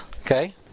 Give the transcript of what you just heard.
Okay